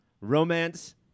romance